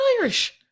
Irish